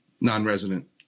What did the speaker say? non-resident